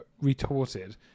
retorted